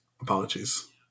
Apologies